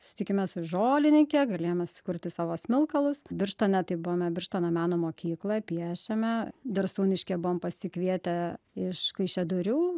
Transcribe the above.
susitikime su žolininke galėjome sukurti savo smilkalus birštone tai buvome birštono meno mokykloj piešėme darsūniškyje buvom pasikvietę iš kaišiadorių